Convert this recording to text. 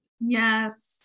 yes